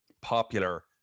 popular